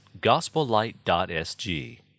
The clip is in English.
gospellight.sg